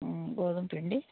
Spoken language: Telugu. గోధుమపిండి